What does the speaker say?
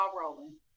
rolling